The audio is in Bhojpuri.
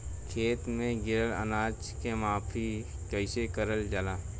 खेत में गिरल अनाज के माफ़ी कईसे करल जाला?